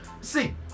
See